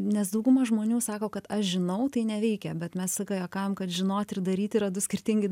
nes dauguma žmonių sako kad aš žinau tai neveikia bet mes juokaujam kad žinoti ir daryti yra du skirtingi